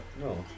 No